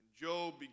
Job